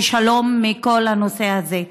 מכל הנושא הזה.